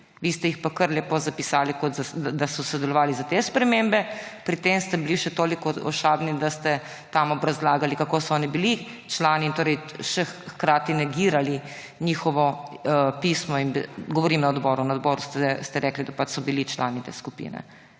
Vi ste jih pa kar lepo zapisali, da so sodelovali za te spremembe. Pri tem ste bili še toliko ošabni, da ste tam razlagali, kako so oni bili člani in torej hkrati še negirali njihovo pismo. Govorim na odboru, na odboru ste rekli, da so bili člani te skupine,